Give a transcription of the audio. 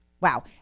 Wow